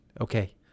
okay